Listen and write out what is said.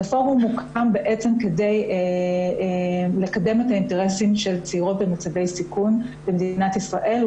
הפורום הוקם כדי לקדם את האינטרסים של צעירות במצבי סיכון במדינת ישראל.